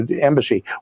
embassy